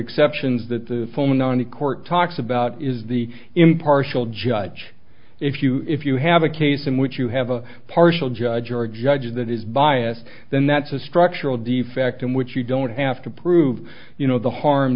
exceptions that the phony court talks about is the impartial judge if you if you have a case in which you have a partial judge or a judge that is biased then that's a structural defect in which you don't have to prove you know the harm